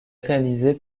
réalisé